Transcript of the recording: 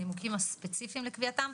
על הנימוקים הספציפיים לקביעתם,